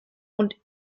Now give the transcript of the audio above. und